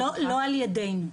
לא על ידינו.